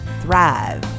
Thrive